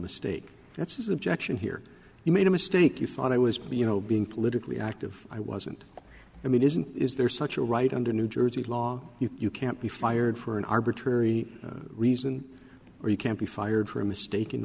mistake that's his objection here you made a mistake you thought i was be you know being politically active i wasn't i mean isn't is there such a right under new jersey law you can't be fired for an arbitrary reason or you can't be fired for a mistake